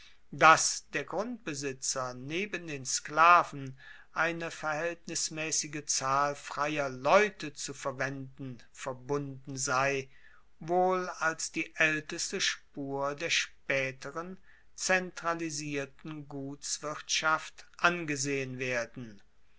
dass der grundbesitzer neben den sklaven eine verhaeltnismaessige zahl freier leute zu verwenden verbunden sei wohl als die aelteste spur der spaeteren zentralisierten gutswirtschaft angesehen werden